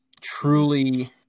truly